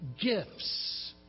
gifts